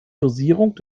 dosierung